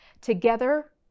Together